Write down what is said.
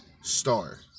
Star